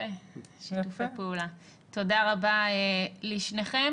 תודה רבה לשניכם.